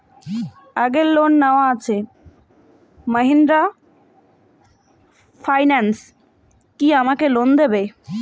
আগের লোন নেওয়া আছে মাহিন্দ্রা ফাইন্যান্স কি আমাকে লোন দেবে?